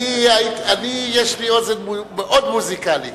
יש לי אוזן מאוד מוזיקלית.